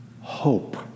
hope